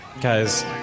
Guys